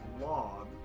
log